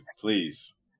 Please